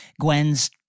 Gwen's